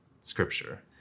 scripture